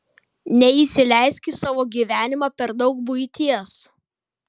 neįsileisk į savo gyvenimą per daug buities